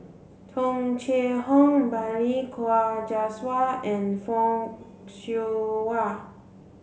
Tung Chye Hong Balli Kaur Jaswal and Fock Siew Wah